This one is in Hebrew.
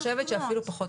אני חושבת שאפילו פחות,